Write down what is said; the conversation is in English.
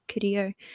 career